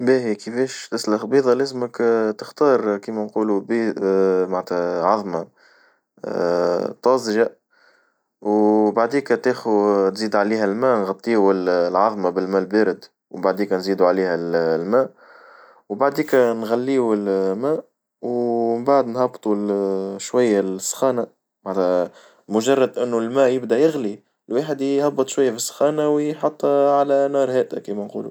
باهي كيفاش تسلخ بيضة لازمك تختار كيما نقولو عظمة طازجة، وبعديكا تاخو تزيد عليها الماء نغطيو العظمة بالماء البارد، وبعديكا نزيدو عليها الماء، وبعديكا نغليو الماء ومن بعد نهبطوا شوية السخانة معنتها مجرد إنو الماء يبدأ يغلي الواحد يهبط شوية فالسخانة، ويحط على نار هادئة كيما نقولو.